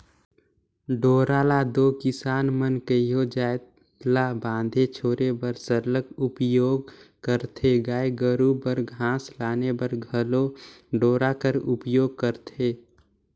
डोरा ल दो किसान मन कइयो जाएत ल बांधे छोरे बर सरलग उपियोग करथे गाय गरू बर घास लाने बर घलो डोरा कर उपियोग करथे